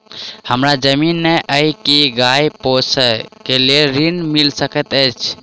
हमरा जमीन नै अई की गाय पोसअ केँ लेल ऋण मिल सकैत अई?